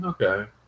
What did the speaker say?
okay